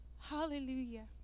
hallelujah